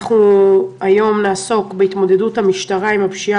היום נעסוק בהתמודדות המשטרה עם הפשיעה